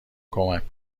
کمک